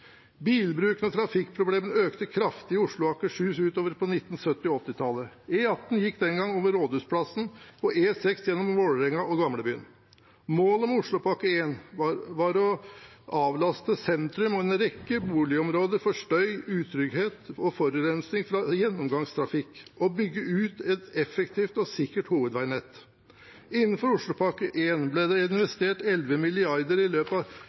Bilbruken og trafikkproblemene økte kraftig i Oslo og Akershus utover på 1970- og 1980-tallet. E18 gikk den gang over Rådhusplassen og E6 gjennom Vålerenga og Gamlebyen. Målet med Oslopakke 1 var å avlaste sentrum og en rekke boligområder for støy, utrygghet og forurensning fra gjennomgangstrafikk og å bygge ut et effektivt og sikkert hovedveinett. Innenfor Oslopakke 1 ble det investert vel 11 mrd. kr i